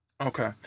Okay